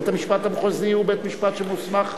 בית-המשפט המחוזי הוא בית-משפט שמוסמך.